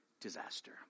disaster